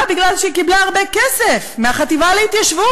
בגלל שהיא קיבלה הרבה כסף מהחטיבה להתיישבות.